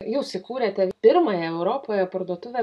jūs įkūrėte pirmąją europoje parduotuvę